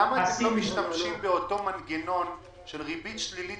למה אתם לא משתמשים באותו מנגנון של ריבית שלילית